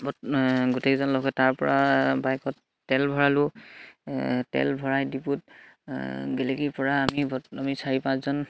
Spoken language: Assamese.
গোটেইজন লগ হৈ তাৰ পৰা বাইকত তেল ভৰালোঁ তেল ভৰাই ডিপুত গেলেকীৰ পৰা আমি আমি চাৰি পাঁচজন